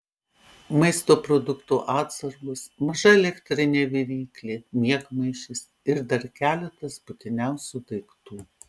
maisto produktų atsargos maža elektrinė viryklė miegmaišis ir dar keletas būtiniausių daiktų